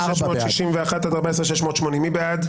14,661 עד 14,680, מי בעד?